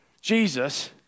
Jesus